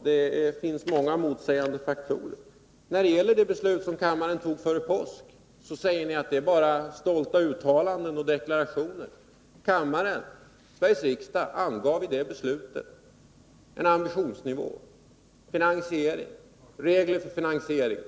Det finns många motsägelser här. Om det beslut som kammaren fattade före påsk säger ni att det bara är stolta uttalanden och deklarationer. Sveriges riksdag angav i det beslutet en ambitionsnivå, finansiering och regler för finansiering.